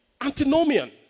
antinomian